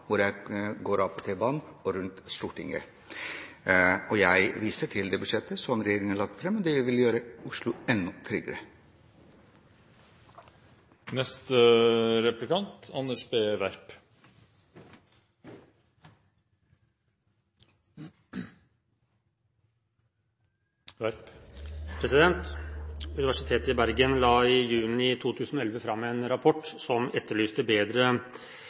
hvor jeg ferdes, på Grønland, hvor jeg går av T-banen, og rundt Stortinget. Jeg viser til det budsjettet som regjeringen har lagt fram. Det vil gjøre Oslo enda tryggere. Universitetet i Bergen la i juni 2011 fram en rapport som etterlyste bedre